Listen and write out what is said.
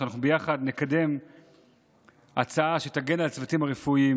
שביחד נקדם הצעה שתגן על הצוותים הרפואיים,